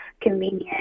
convenient